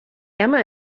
emma